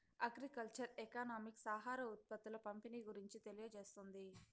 agriculture economics ఆహార ఉత్పత్తుల పంపిణీ గురించి తెలియజేస్తుంది